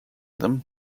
them